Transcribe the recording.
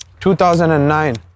2009